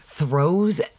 throws